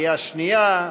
עלייה שנייה,